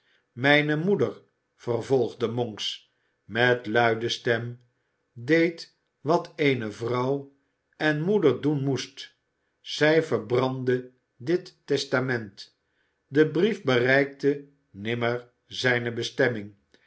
mijne moeder vervolgde monks met luide stem deed wat eene vrouw en moeder doen moest zij verbrandde dit testament de brief bereikte nimmer zijne bestemming